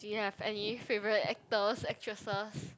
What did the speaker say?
do you have any favorite actors actresses